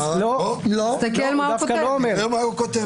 תראה מה הוא כותב.